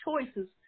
choices